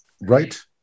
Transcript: Right